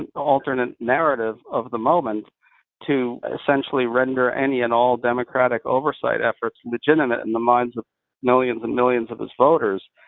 and alternate narrative of the moment to essentially render any and all democratic oversight efforts illegitimate in the minds of millions and millions of his voters.